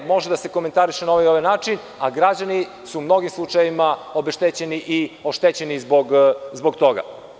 Može da se komentariše na ovaj ili onaj način, a građani su u mnogim slučajevima obeštećeni i oštećeni zbog toga.